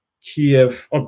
Kiev